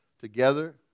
together